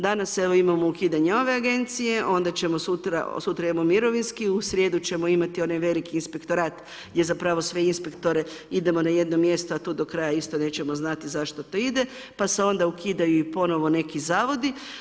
Danas evo, imamo ukidanje ove agencije, onda ćemo sutra, sutra imamo mirovinski, u srijedu ćemo imati onaj veliki inspektorat, gdje zapravo sve inspektore, idemo na jedno mjesto, a tu do kraja isto nećemo znati, zašto to ide, pa se onda ukidaju i ponovno neki zavodi.